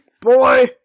boy